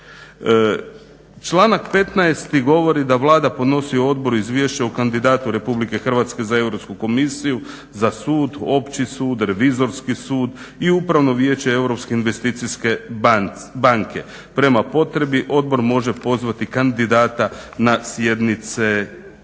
Članak 15. govori da Vlada podnosi odboru izvješće o kandidatu Republike Hrvatske za Europsku komisiju, za sud, opći sud, Revizorski sud i Upravno vijeće Europske investicijske banke. Prema potrebi odbor može pozvati kandidata na sjednice tog